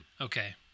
Okay